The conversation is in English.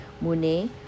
Mune